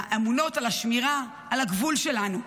של אלה האמונות על השמירה על הגבול שלנו,